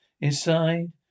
inside